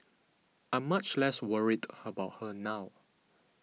I'm much less worried about her now